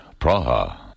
Praha